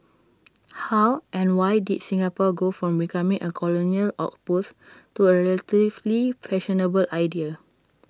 how and why did Singapore go from becoming A colonial outpost to A relatively fashionable idea